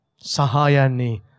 sahayani